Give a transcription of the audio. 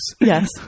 Yes